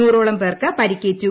നൂറോളം പേർക്ക് പരിക്കേറ്റു